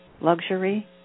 luxury